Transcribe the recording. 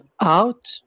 out